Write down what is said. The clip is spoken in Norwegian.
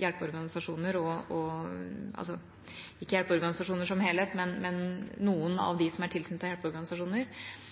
hjelpeorganisasjoner – altså ikke hjelpeorganisasjoner som helhet, men noen av dem som er tilknyttet hjelpeorganisasjoner